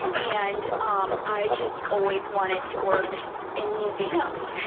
and um i just always wanted to work in museums.